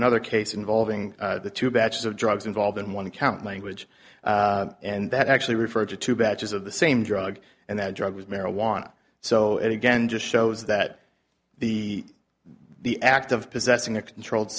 another case involving the two batches of drugs involved in one count language and that actually referred to two batches of the same drug and that drug was marijuana so it again just shows that the the act of possessing a controlled